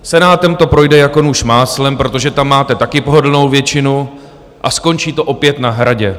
Senátem to projde jako nůž máslem, protože tam máte taky pohodlnou většinu, a skončí to opět na Hradě.